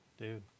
dude